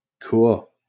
Cool